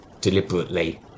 deliberately